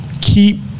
keep